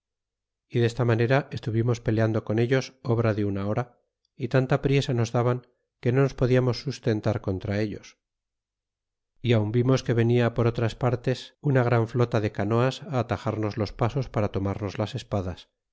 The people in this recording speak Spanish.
y desta manera estuvimos peleando con ellos obra de una hora y tanta priesa nos daban que no nos podiamos sustentar contra ellos y aun vimos que venia por otras partes una gran flota de canoas alarnos los pasos para tomarnos las espaldas